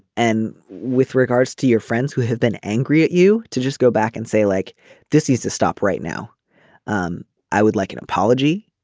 and with regards to your friends who have been angry at you to just go back and say like this is to stop right now um i would like an apology.